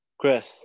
Chris